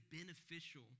beneficial